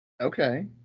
Okay